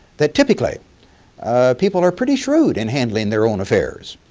that typically people are pretty shrewd in handling their own affairs.